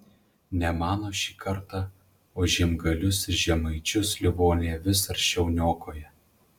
ne mano šį kartą o žiemgalius ir žemaičius livonija vis aršiau niokoja